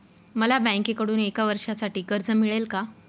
मला बँकेकडून एका वर्षासाठी कर्ज मिळेल का?